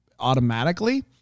automatically